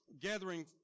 gathering